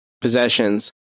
possessions